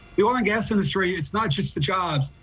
your ah gas industry it's not just the jobs,